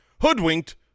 Hoodwinked